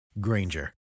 Granger